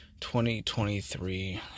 2023